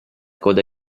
coda